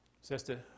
Sister